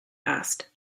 asked